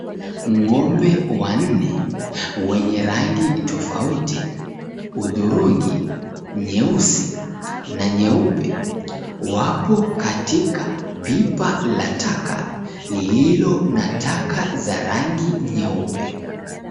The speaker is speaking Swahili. Ng'ombe wanne, wenye rangi tofauti, hudhurungi, nyeusi na nyeupe, wapo katika pipa la taka lililo na taka za rangi nyeupe.